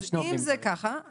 אם זה ככה,